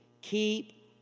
Keep